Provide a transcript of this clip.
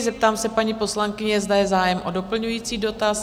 Zeptám se paní poslankyně, zda je zájem o doplňující dotaz?